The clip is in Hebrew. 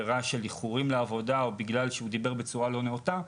איחורים לעבודה או בגלל שהוא דיבר בצורה לא נאותה.